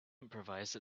improvise